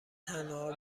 تنها